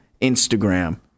Instagram